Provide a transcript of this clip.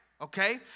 okay